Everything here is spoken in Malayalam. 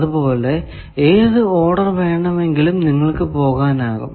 അത് പോലെ ഏതു ഓഡർ വേണമെങ്കിലും നിങ്ങൾക്കു പോകാനാകും